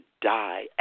die